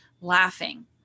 laughing